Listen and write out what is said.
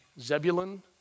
Zebulun